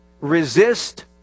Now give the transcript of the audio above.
Resist